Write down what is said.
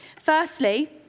Firstly